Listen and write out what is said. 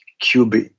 Cube